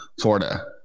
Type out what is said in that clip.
florida